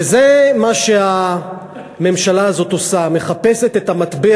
וזה מה שהממשלה הזאת עושה מחפשת את המטבע